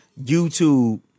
youtube